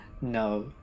No